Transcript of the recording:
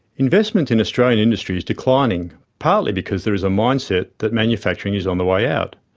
investment in australian industry is declining, partly because there is a mindset that manufacturing is on the way out.